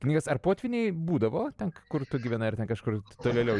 knygas ar potvyniai būdavo ten kur tu gyvenai ar ten kažkur tolėliau